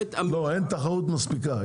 אין תחרות מספיקה.